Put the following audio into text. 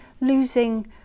losing